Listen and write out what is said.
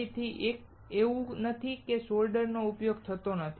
ફરીથી એવું નથી કે સોલ્ડરિંગનો ઉપયોગ થતો નથી